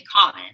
common